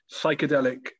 psychedelic